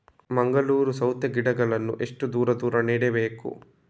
ಮಂಗಳೂರು ಸೌತೆ ಗಿಡಗಳನ್ನು ಎಷ್ಟು ದೂರ ದೂರ ನೆಡಬೇಕು?